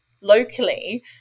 locally